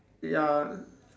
ya